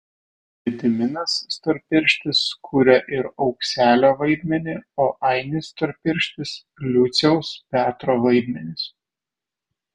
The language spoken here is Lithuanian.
gediminas storpirštis kuria ir aukselio vaidmenį o ainis storpirštis liuciaus petro vaidmenis